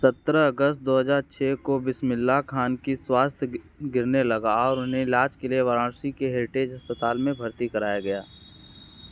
सत्रह अगस्त दो हजार छः को बिस्मिल्लाह खान की स्वास्थ्य गिरने लगा और उन्हें इलाज के लिए वाराणसी के हेरिटेज अस्पताल में भर्ती कराया गया